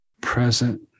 present